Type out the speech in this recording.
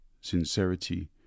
sincerity